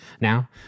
now